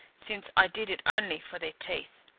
since i did it only for their teeth.